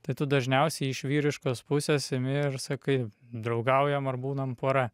tai tu dažniausiai iš vyriškos pusės imi ir sakai draugaujam ar būnam pora